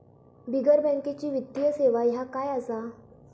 बिगर बँकेची वित्तीय सेवा ह्या काय असा?